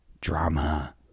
Drama